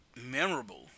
memorable